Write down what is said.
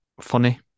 funny